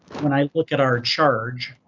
when i look at our charge